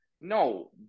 No